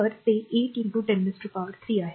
तर ते 8 103आहे